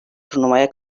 turnuvaya